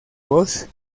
voz